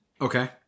Okay